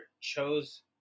chose